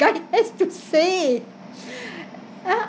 guide has to say